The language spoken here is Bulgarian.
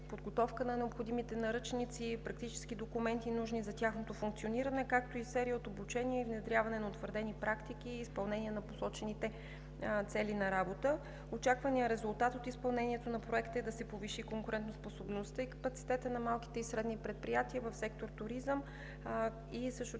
подготовка на необходимите наръчници, практически документи, нужни за тяхното функциониране, както и серия от обучения и внедряване на утвърдени практики и изпълнение на посочените цели на работа. Очакваният резултат от изпълнението на Проекта е да се повиши конкурентоспособността и капацитетът на малките и средни предприятия в сектор „Туризъм“ и също